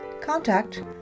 Contact